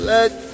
Let